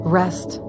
rest